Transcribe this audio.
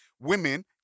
women